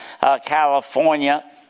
California